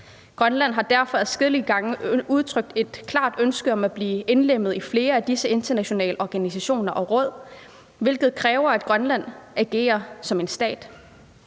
Grønland har derfor adskillige gange udtrykt et klart ønske om at blive indlemmet i flere af disse internationale organisationer og råd, hvilket kræver, at Grønland agerer som en stat.